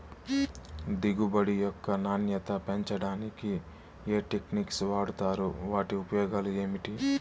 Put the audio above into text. దిగుబడి యొక్క నాణ్యత పెంచడానికి ఏ టెక్నిక్స్ వాడుతారు వాటి ఉపయోగాలు ఏమిటి?